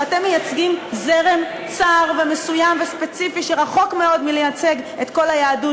שאתם מייצגים זרם צר ומסוים וספציפי שרחוק מאוד מלייצג את כל היהדות,